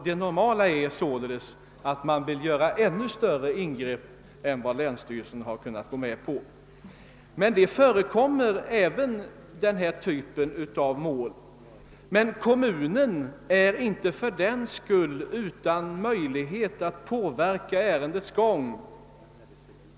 Det normala är således att man vill göra ännu större ingrepp än länsstyrelsen har gått med på. Det förekommer visserligen även denna typ av mål, men kommunen saknar fördenskull inte möjlighet att påverka ärendets gång.